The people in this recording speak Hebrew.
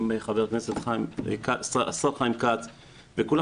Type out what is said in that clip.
עם השר חיים כץ וכולם,